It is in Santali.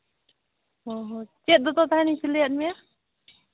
ᱚ ᱪᱮᱫ ᱫᱚᱛᱚ ᱛᱮᱦᱮᱱ ᱤᱧ ᱥᱤᱞᱟᱹᱭᱟᱫ ᱢᱮᱭᱟ